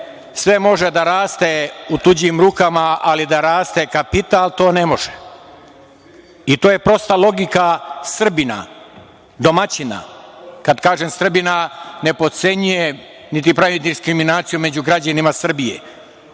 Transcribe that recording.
sve može da raste u tuđim rukama, ali da raste kapital, to ne može. To je prosta logika Srbina, domaćina. Kad kažem Srbina, ne potcenjujem niti pravim diskriminaciju među građanima Srbije,